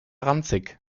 ranzig